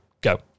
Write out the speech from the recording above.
Go